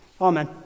Amen